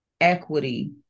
equity